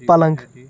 پلنٛگ